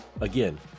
Again